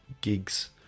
gigs